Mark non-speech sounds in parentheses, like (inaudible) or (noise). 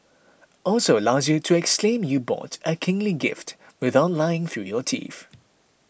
(noise) also allows you to exclaim you bought a kingly gift without lying through your teeth